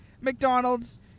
McDonald's